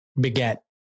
beget